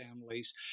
families